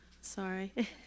Sorry